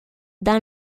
dans